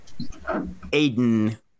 Aiden